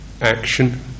action